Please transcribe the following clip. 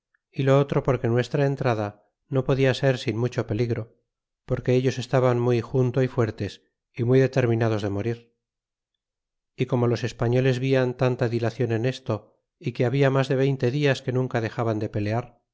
y lo otro porque nuestra en rada no pod a ser sin mucho peligro por que ellos estaban muy junto y fuertes y muy determinados de morir y como los españoles vian tanta dilacion en esto y que habla mas de veinte dias que nunca dexabau de pelear